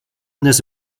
dnes